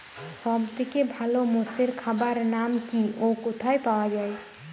সব থেকে ভালো মোষের খাবার নাম কি ও কোথায় পাওয়া যায়?